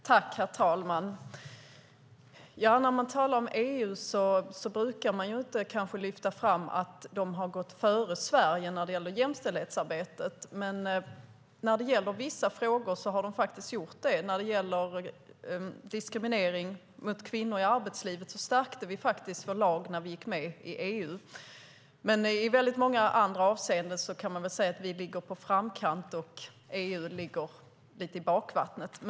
Herr talman! När man talar om EU brukar man kanske inte lyfta fram att de har gått före Sverige i jämställdhetsarbetet, men i vissa frågor har de faktiskt gjort det. När det gäller diskriminering av kvinnor i arbetslivet stärkte vi faktiskt vår lag när vi gick med i EU. Men i många andra avseenden kan man säga att vi ligger i framkant och att EU ligger lite i bakvattnet.